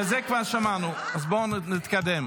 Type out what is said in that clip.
אבל את זה כבר שמענו, אז בואו נתקדם.